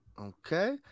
Okay